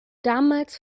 damals